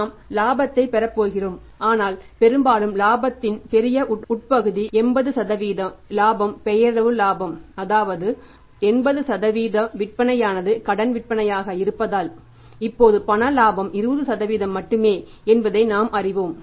நாம் இலாபத்தை பெறப் போகிறோம் ஆனால் பெரும்பாலும் இலாபத்தின் பெரிய உடற்பகுதி 80 இலாபம் பெயரளவு இலாபம் அதாவது 80 விற்பனையானது கடன் விற்பனையாக இருப்பதால் இப்போது பண லாபம் 20 மட்டுமே என்பதை நாம் அறிவோம்